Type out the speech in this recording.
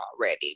already